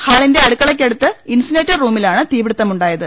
ഹാളിന്റെ അടുക്കളയ്ക്കടുത്ത് ഇൻസിനേറ്റർ റൂമിലാണ് തീപിടിത്ത മുണ്ടായത്